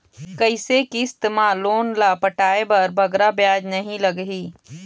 कइसे किस्त मा लोन ला पटाए बर बगरा ब्याज नहीं लगही?